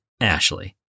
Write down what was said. Ashley